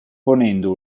ponendo